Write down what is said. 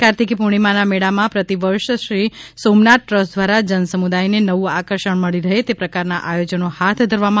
કાર્તિકી પૂર્ણિમાના મેળામાં પ્રતિવર્ષ શ્રી સોમનાથ ટ્રસ્ટ દ્વારા જનસમુદાયને નવું આકર્ષણ મળી રહે તે પ્રકારના આયોજનો હાથ ધરવામાં આવતા હોય છે